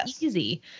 easy